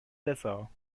dessau